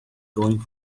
going